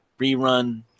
rerun